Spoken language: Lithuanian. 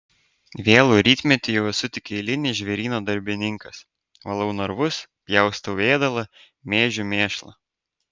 vėlų rytmetį jau esu tik eilinis žvėryno darbininkas valau narvus pjaustau ėdalą mėžiu mėšlą